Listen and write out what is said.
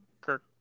Kirk